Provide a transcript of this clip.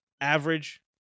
average